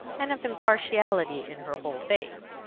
and of impartiality in her whole face.